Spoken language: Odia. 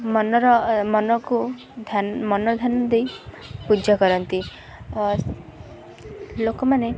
ମନର ମନକୁ ମନଧ୍ୟାନ ଦେଇ ପୂଜା କରନ୍ତି ଲୋକମାନେ